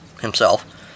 himself